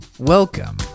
Welcome